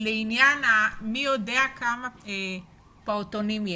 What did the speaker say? לעניין מספר הפעוטונים שקיימים.